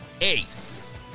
ace